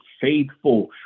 faithful